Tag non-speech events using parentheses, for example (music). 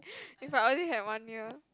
(laughs) if I only have one year